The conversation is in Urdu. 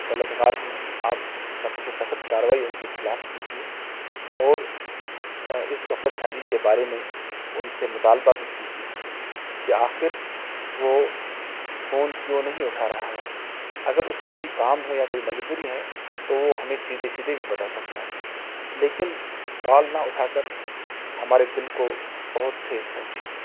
طلب گار ہوں آپ سخت سے سخت کارروائی ان کے خلاف کیجیے اور اس غفلت شعاری کے بارے میں ان سے مطالبہ بھی کیجیے کہ آخر وہ فون کیوں نہیں اٹھا رہا ہے اگر اس کو کوئی کام ہے یا کوئی مجبوری ہے تو وہ ہمیں سیدھے سیدھے بھی بتا سکتا ہے لیکن کال نہ اٹھا کر ہمارے دل کو بہت ٹھیس پہنچی ہے